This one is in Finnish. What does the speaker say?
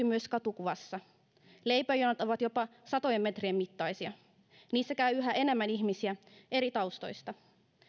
myös katukuvassa leipäjonot ovat jopa satojen metrien mittaisia niissä käy yhä enemmän ihmisiä eri taustoista